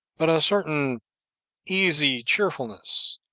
but a certain easy cheerfulness,